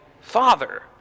Father